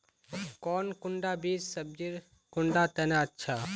कौन कुंडा बीस सब्जिर कुंडा तने अच्छा?